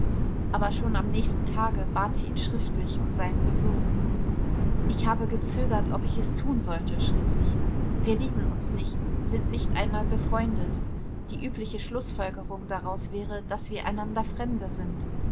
aber schon am nächsten tage bat sie ihn schriftlich um seinen besuch ich habe gezögert ob ich es tun sollte schrieb sie wir lieben uns nicht sind nicht einmal befreundet die übliche schlußfolgerung daraus wäre daß wir einander fremde sind